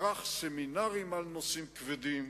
ערך סמינרים על נושאים כבדים,